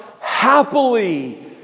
happily